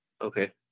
Okay